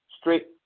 straight